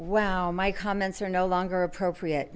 well my comments are no longer appropriate